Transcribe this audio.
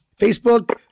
Facebook